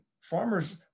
Farmers